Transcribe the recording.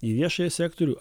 į viešąjį sektorių